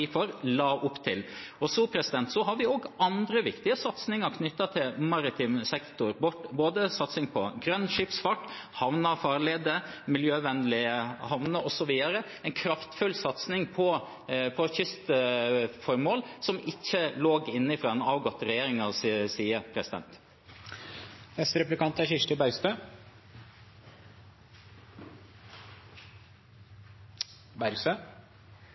for, la opp til. Vi har også andre viktige satsinger knyttet til maritim sektor, både satsing på grønn skipsfart, havner og farleder, miljøvennlige havner osv., en kraftfull satsing på kystformål, som ikke lå inne fra den avgåtte regjeringens side. Jeg deler gleden til representanten Gjelsvik over den snuoperasjonen som er